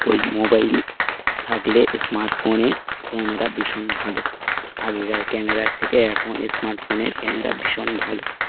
ওই মোবাইল থাকলে স্মার্টফোনে ক্যামেরা ভীষণ ভালো আগেকার ক্যামেরার থেকে এখন স্মার্টফোনের ক্যামেরা ভীষণ ভালো